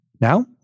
Now